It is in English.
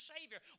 Savior